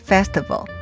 Festival